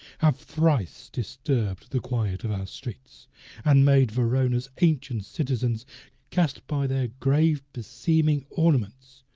have thrice disturb'd the quiet of our streets and made verona's ancient citizens cast by their grave beseeming ornaments,